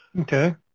Okay